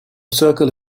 circle